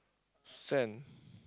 send